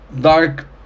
Dark